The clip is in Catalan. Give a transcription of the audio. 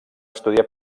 estudiar